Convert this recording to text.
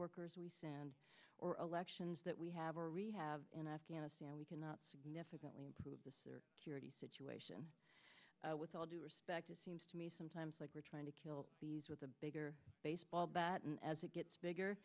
workers we stand or elections that we have a really have in afghanistan we cannot significant we improve the security situation with all due respect it seems to me sometimes like we're trying to kill these with a bigger baseball bat and as it gets bigger